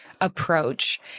approach